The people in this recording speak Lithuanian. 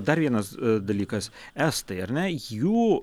dar vienas dalykas estai ar ne jų